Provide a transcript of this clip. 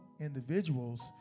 individuals